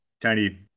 tiny